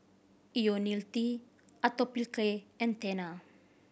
Ionil T Atopiclair and Tena